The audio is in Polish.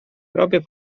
robię